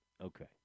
Okay